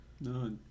No